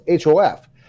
HOF